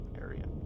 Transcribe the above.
area